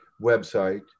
website